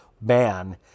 man